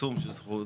פחות